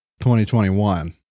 2021